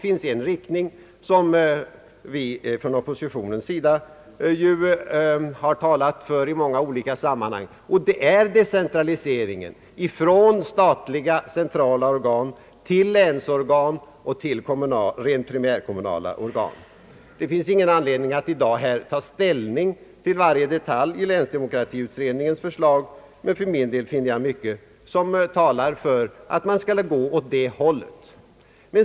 En linje som vi från oppositionens sida talat för i många olika sammanhang är decentralisering från statliga centrala organ till länsorgan och rent primärkommunala organ. Det finns ingen anledning att i dag ta ställning till varje detalj i länsdemokratiutredningens förslag, men jag finner mycket som talar för att man skall gå åt det hållet.